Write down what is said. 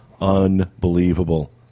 unbelievable